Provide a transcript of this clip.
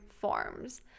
forms